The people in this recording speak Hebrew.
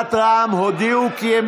וקבוצת רע"מ הודיעו כי הן